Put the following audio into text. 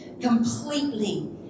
completely